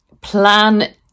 plan